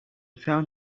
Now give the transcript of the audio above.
found